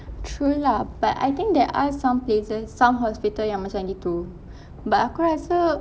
true lah but I think there are some places some hospital yang macam gitu but aku rasa